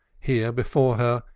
here before her,